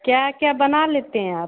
क्या क्या बना लेते हैं आप